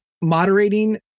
moderating